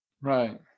Right